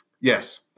Yes